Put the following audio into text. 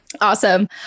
Awesome